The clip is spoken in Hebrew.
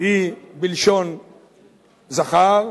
היא בלשון זכר,